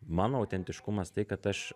mano autentiškumas tai kad aš